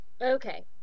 Okay